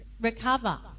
Recover